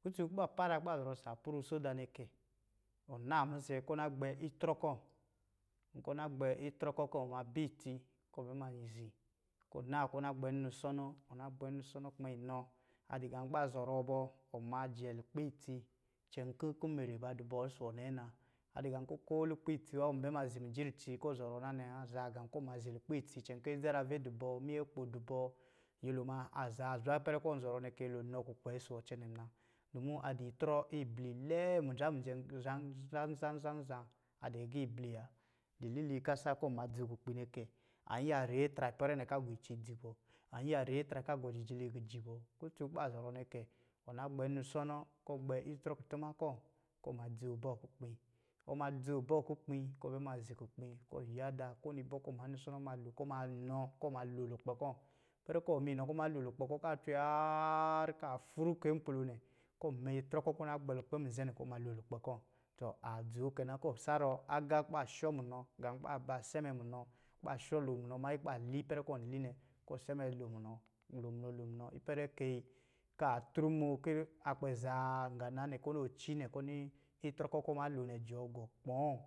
Kutun kɔ̄ ba fara zɔrɔ saplu asoda nɛ kɛ:ɔn naa mizɛ̄ kɔ̄ ɔna gbɛ itrɔ ‘kɔ̄-kɔ̄ na gbɛ tirɔ'kɔ̄ kɔ̄ ɔma bɛ itsi kɔ̄ ɔ bɛ ma zi, kɔ̄ ɔ naa kɔ̄ ɔ na gbɛ nnu sɔnɔ-kɔ̄ ɔna gbɛ nnusɔnɔ-na gbɛ nnusɔnɔ kuma inɔ adɔ̄ gā kɔ̄ ba zɔrɔ bɔ, ɔn ma jɛ lukpɛ itsi icɛn kɔ̄ kumere ba dɔ̄ bɔ ɔsɔ̄ wɔ nɛna. A dɔ̄ gā ko lukpɛ itsi wɔ ɔn bɛ ma zi mijiniitsi kɔ̄ ɔzɔrɔ na nɛ wa, azaa gā kɔ̄ ɔn bɛ ma zi lukpɛ itsi, icɛn kɔ̄ adzarave dɔ̄ bɔ, minyɛkpo dɔ̄ bɔ, nyolo muna azaa zwa kɔ̄ ipɛrɛ kɔ̄ ɔ nɔrɔ nɛ kɔ̄ nyolo anɔ kukwɛ ɔsɔ̄ wɔ cɛnɛ muna. Dumu a dɔ̄ itrɔ ibli lɛɛ nza mijɛ̄-nza nzan-nzan-za. Adɔ̄ agiibli wa dili kɔ̄ a saa kɔ̄ ɔn ma dzoo kukpi nɛ kɛ, an yiya ri atra mpɛrɛ nɛ kɔ̄ a gɔ itsi ji bɔ, an yiya ri atra kɔ̄ agɔ jijiliji bɔ. Kutun kɔ̄ ba zɔrɔ nɛ kɛ ɔn na gbɛ nnusɔnɔ, kɔ̄ ɔ gbɛ itrɔ a kutuma kɔ̄ kɔ̄ ɔ ma dzoo bɔɔ kukpi-ɔma dzoo bɔɔ kukpi, kɔ̄ ɔbɛ ma zi kukpi kɔ̄ ɔyada kowinin bɔ kɔ̄ ɔma nnusɔnɔ malo-kɔ̄ ɔma inɔ kɔ̄ ɔmalo lukpɛ kɔ̄ ipɛrɛ kɔ̄ ɔ mainɔ kɔ̄ ɔma lo lukpɛ kɔ̄ kɔ̄ a cwe haar kɔ̄ a fru kai nkpulo nɛ, kɔ̄ ɔma itrɔ kɔ̄ kɔ̄ ɔna gbɛ lukpɛ amizɛ̄ nɛ kɔ̄ ɔma lo lukpɛ kɔ̄ tɔ, adzoo kɛ na. Kɔ̄kɔ̄ ɔ sarɔ agā kɔ̄ ba shɔ munɔ gā kɔ̄ ba-ba sɛ̄ munɔ, kɔ̄ ba shɔ lo munɔ mannyi kɔ̄ li ipɛrɛ kɔ̄ ɔn li nɛ, kɔ̄ ɔ sɛmɛ lo munɔ-lo munɔ-lo munɔ ipɛrɛ kai kɔ̄ a trumoo kɔ̄ a kpɛ zaa ngā nɛ na nɛ, kɔ̄ ɔni acinɛ, kɔ̄ ɔni itrɔ kɔ̄ kɔ̄ ɔ ma lo nɛ ajɔɔ gɔ kpɔ̄ɔ̄.